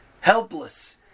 helpless